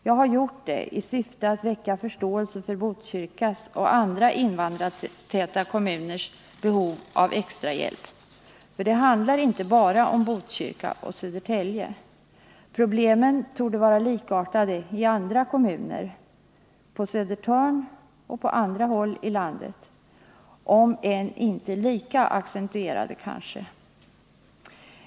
Jag har gjort det i syfte att väcka förståelse för Botkyrkas och andra invandrartäta kommuners behov av extrahjälp. Det handlar inte bara om Botkyrka och Södertälje. Problemen torde vara likartade i andra kommuner på Södertörn och på andra håll i landet, även om de kanske inte är lika accentuerade.